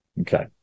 okay